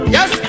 Yes